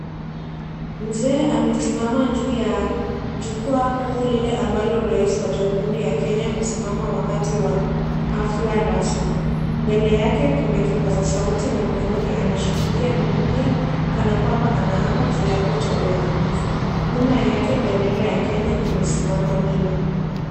Mzee amesimama juu ya jukwaa kuu lile ambalo rais wa Jamhuri ya Kenya husimama wakati wa hafla rasmi, mbele yake kuna kipaza sauti na mkononi anashikilia bibilia kana kwamba anaapa kiapo cha uaminifu, nyuma yake bendera ya Kenya imesimama wima.